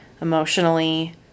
emotionally